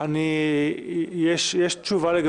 יש תשובה?